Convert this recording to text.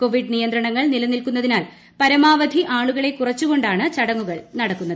Covid നിയന്ത്രണങ്ങൾ നിലനിൽക്കുന്നതിനാൽ പരമാവധി ആളുകളെ കുറച്ചുകൊണ്ടാണ് ചടങ്ങുകൾ നടക്കുന്നത്